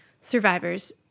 survivors